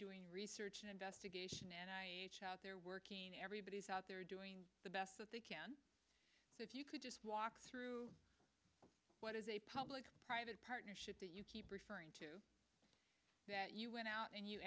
doing research and investigation out there working everybody's out there doing the best that they can if you could just walk through what is a public private partnership that you keep referring to that you went out and you